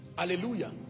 Hallelujah